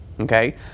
okay